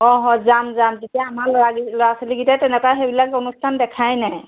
অ হয় যাম যাম তেতিয়া আমাৰ ল'ৰাকী ল'ৰা ছোৱালীকেইটাই তেনেকুৱা সেইবিলাক অনুষ্ঠান দেখাই নাই